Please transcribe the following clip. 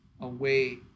away